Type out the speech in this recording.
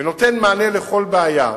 ונותן מענה לכל בעיה,